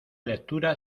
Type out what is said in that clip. lectura